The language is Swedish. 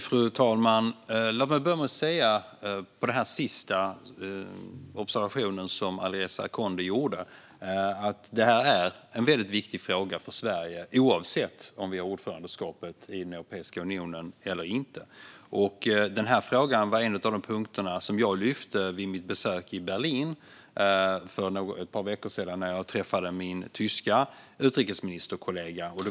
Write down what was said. Fru talman! Låt mig börja med den sista observationen som Alireza Akhondi gjorde och säga att detta är en väldigt viktig fråga för Sverige oavsett om vi har ordförandeskapet i Europeiska unionen eller inte. Frågan var en av de punkter som jag lyfte vid mitt besök i Berlin för ett par veckor sedan när jag träffade min tyska utrikesministerkollega.